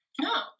No